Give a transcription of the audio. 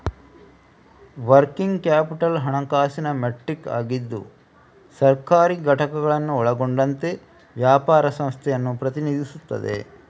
working capital ಹಣಕಾಸಿನ metric ಆಗಿದ್ದು ಸರ್ಕಾರಿ ಘಟಕಗಳನ್ನು ಒಳಗೊಂಡಂತೆ ವ್ಯಾಪಾರ ಸಂಸ್ಥೆಯನ್ನು ಪ್ರತಿನಿಧಿಸುತ್ತದೆ